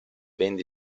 vende